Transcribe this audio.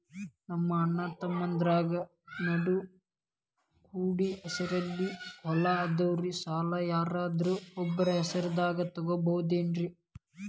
ನಮ್ಮಅಣ್ಣತಮ್ಮಂದ್ರ ನಡು ಕೂಡಿ ಹೆಸರಲೆ ಹೊಲಾ ಅದಾವು, ಸಾಲ ಯಾರ್ದರ ಒಬ್ಬರ ಹೆಸರದಾಗ ತಗೋಬೋದೇನ್ರಿ?